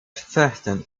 certain